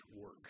work